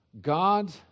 God